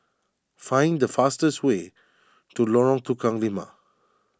find the fastest way to Lorong Tukang Lima